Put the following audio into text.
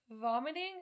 Vomiting